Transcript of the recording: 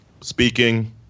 speaking